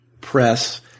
Press